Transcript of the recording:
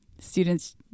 students